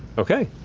okay.